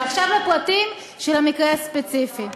עכשיו לפרטים של המקרה הספציפי,